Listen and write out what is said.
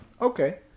Okay